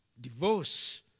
divorce